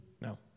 No